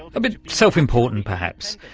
a bit self-important perhaps,